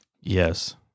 Yes